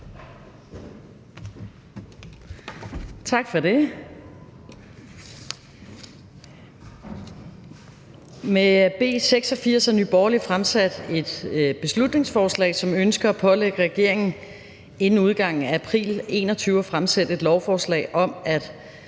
Tak for det. Med B 86 har Nye Borgerlige fremsat et beslutningsforslag, hvor man ønsker at pålægge regeringen inden udgangen af april 2021 at fremsætte et lovforslag om, at